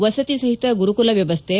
ವಸತಿ ಸಹಿತ ಗುರುಕುಲ ವ್ವವಸ್ಥೆ